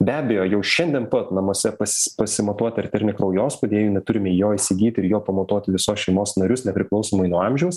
be abejo jau šiandien pat namuose pasis pasimatuoti arterinį kraujospūdį jei neturime jo įsigyti ir juo pamatuoti visos šeimos narius nepriklausomai nuo amžiaus